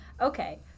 Okay